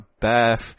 bath